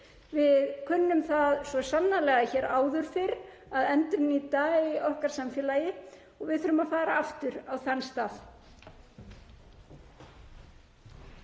Við kunnum svo sannarlega hér áður fyrr að endurnýta í okkar samfélagi og við þurfum að fara aftur á þann stað.